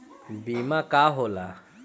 बीमा का होला?